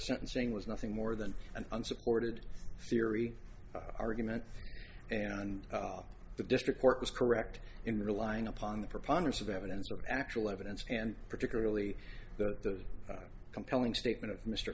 sentencing was nothing more than an unsupported theory argument and the district court was correct in relying upon the preponderance of evidence or actual evidence and particularly that those compelling statement of mr